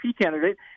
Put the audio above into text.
candidate